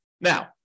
Now